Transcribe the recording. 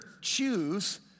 choose